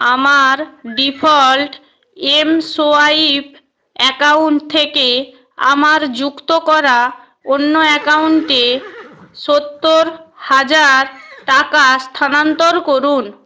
আমার default mSwipe account থেকে আমার যুক্ত করা অন্য অ্যাকাউন্টে সত্তর হাজার টাকা স্থানান্তর করুন